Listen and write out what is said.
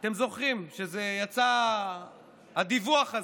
אתם זוכרים שכשיצא הדיווח הזה,